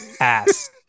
Ass